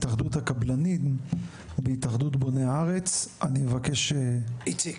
הישיבה היום מגובה בהישגים וחדשות מרעישות אפילו ואני ארצה לסכם איתם.